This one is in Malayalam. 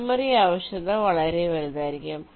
മെമ്മറി ആവശ്യകത വളരെ വലുതായിരിക്കും